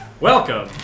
Welcome